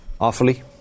Awfully